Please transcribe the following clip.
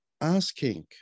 asking